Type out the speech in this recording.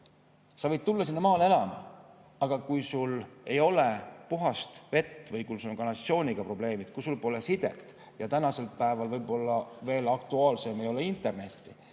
Sa võid [tahta] minna maale elama, aga kui sul ei ole puhast vett või kui sul on kanalisatsiooniga probleemid, kui sul pole sidet ja mis tänasel päeval võib-olla veel aktuaalsem, ei ole internetti,